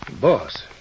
Boss